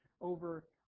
over